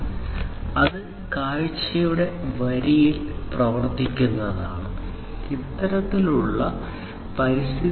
അതിനാൽ low duty cycle low duty cycle ഉത്പാദിപ്പിക്കാനോ ഉപയോഗിക്കാനോ ആവശ്യമായ ട്രാൻസ്മിഷൻ സിസ്റ്റങ്ങളിൽ ഇത് ഉപയോഗിക്കുന്നു